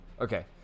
Okay